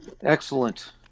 Excellent